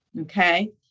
okay